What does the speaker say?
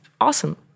awesome